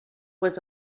was